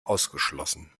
ausgeschlossen